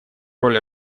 роль